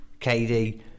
KD